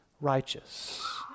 righteous